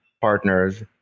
Partners